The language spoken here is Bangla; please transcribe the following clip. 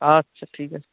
আচ্ছা ঠিক আছে